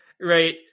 Right